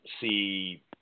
see